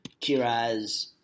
Kiraz